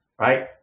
right